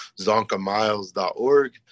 ZonkaMiles.org